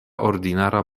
ordinara